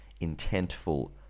intentful